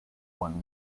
when